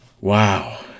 Wow